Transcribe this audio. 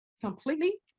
completely